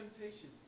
temptation